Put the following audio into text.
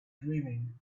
dreaming